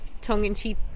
tongue-in-cheek